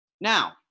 Now